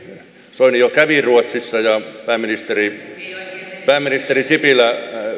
soini jo kävi ruotsissa ja pääministeri sipilä